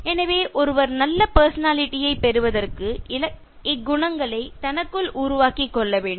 எனவே ஒருவர் நல்ல பர்சனாலிட்டி யைப் பெறுவதற்கு இக்குணங்களை தனக்குள் உருவாக்கி கொள்ள வேண்டும்